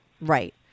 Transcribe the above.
Right